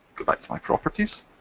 provide my properties.